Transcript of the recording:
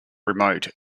remote